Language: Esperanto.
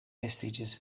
estiĝis